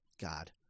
God